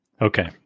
Okay